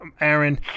aaron